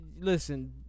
Listen